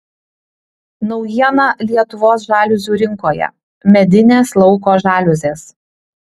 naujiena lietuvos žaliuzių rinkoje medinės lauko žaliuzės